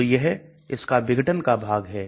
तो यह इसका विघटन का भाग है